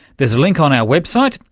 there's a link on our website,